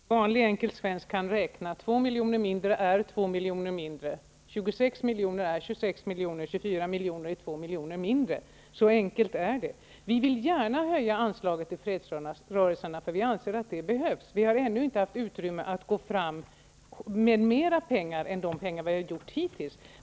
Herr talman! Nej, så enkelt är det inte. Varje vanlig enkel svensk kan räkna ut att 2 miljoner mindre är 24 miljoner är 2 miljoner mindre. Så enkelt är det. Vi vill gärna höja anslaget till fredsrörelserna. Vi anser att det behövs. Men vi har ännu inte haft utrymme att gå ut med mera pengar än vad vi har gjort hittills.